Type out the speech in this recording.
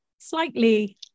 slightly